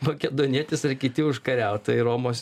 makedonietis ar kiti užkariautojai romos